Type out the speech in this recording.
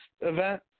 event